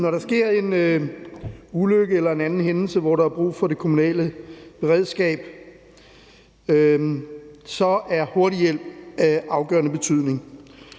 Når der sker en ulykke eller en anden hændelse, hvor der er brug for det kommunale beredskab, så er hurtig hjælp af afgørende betydning.